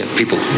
people